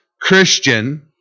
Christian